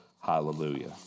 Hallelujah